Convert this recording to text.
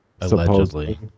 Allegedly